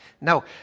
Now